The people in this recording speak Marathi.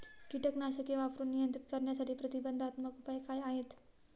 कीटकनाशके वापरून नियंत्रित करण्यासाठी प्रतिबंधात्मक उपाय काय आहेत?